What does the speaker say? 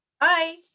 Bye